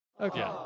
Okay